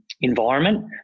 environment